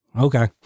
okay